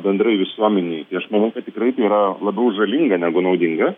bendrai visuomenei tai aš manau kad tikrai tai yra labiau žalinga negu naudinga